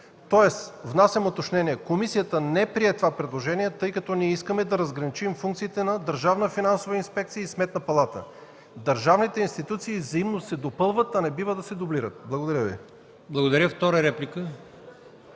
Тоест, внасям уточнение: комисията не прие това предложение, тъй като искаме да разграничим функциите на Държавната финансова инспекция и Сметната палата. Държавните институции взаимно се допълват, а не бива да се дублират. Благодаря Ви. ПРЕДСЕДАТЕЛ АЛИОСМАН